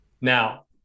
Now